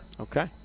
Okay